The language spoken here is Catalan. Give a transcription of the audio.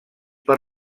per